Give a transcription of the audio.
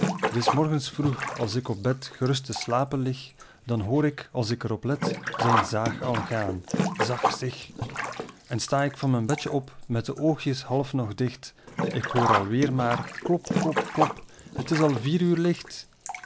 des morgens vroeg als ik op bed gerust te slapen lig dan hoor ik als ik er op let zijn zaag al gaan zag zig en sta ik van mijn bedjen op met de oogjes half nog dicht ik hoor alweer maar klop klop klop het is al vier uur licht